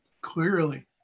clearly